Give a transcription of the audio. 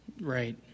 Right